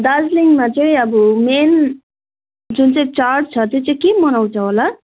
दार्जिलिङमा चाहिँ अब मेन जुन चाहिँ चाड छ त्यो चाहिँ के मनाउँछ होला